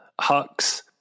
Hux